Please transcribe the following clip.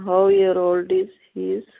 how year old is he is